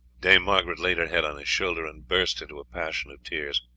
dame margaret laid her head on his shoulder, and burst into a passion of tears.